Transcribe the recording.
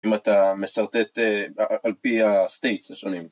אם אתה משרטט על פי ה-states השונים